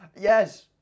yes